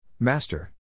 Master